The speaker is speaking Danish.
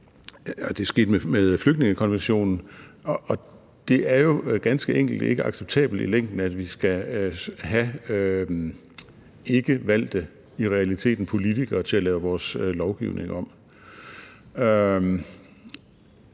det er sket med flygtningekonventionen. Det er jo ganske enkelt ikke acceptabelt i længden, at vi skal have i realiteten ikkevalgte politikere til at lave vores lovgivning om.